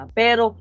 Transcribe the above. pero